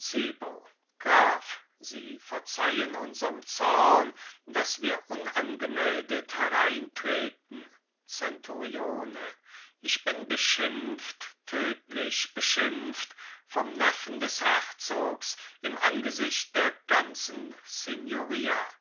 sie verzeihen unserm zorn daß wir unangemeldet hereintreten zenturione ich bin beschimpft tödlich beschimpft vom neffen des herzogs im angesicht der ganzen